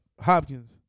Hopkins